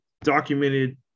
documented